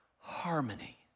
harmony